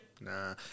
Nah